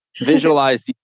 visualize